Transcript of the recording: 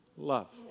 Love